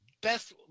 Best